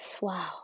wow